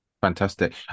fantastic